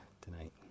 tonight